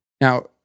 Now